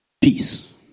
peace